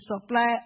supply